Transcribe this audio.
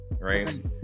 Right